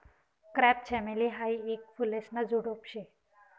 crepe चमेली हायी येक फुलेसन झुडुप शे